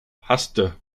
haste